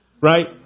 Right